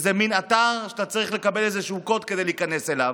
זה אתר שאתה צריך לקבל קוד כדי להיכנס אליו,